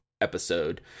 episode